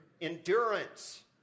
endurance